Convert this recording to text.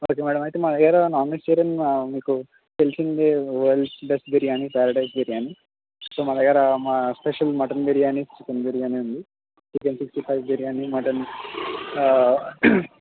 okay madam అయితే మా దగ్గిర నాన్ వెజిటేరియన్ మీకు తెలిసింది world's best biryani Paradise biryani so మా దగ్గర మా special mutton biryani chicken biryani ఉంది chicken sixty five biryani mutton